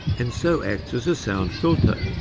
and so acts as a sound filter,